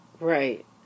Right